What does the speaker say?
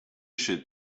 should